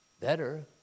better